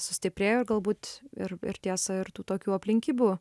sustiprėjau ir galbūt ir ir tiesa ir tų tokių aplinkybių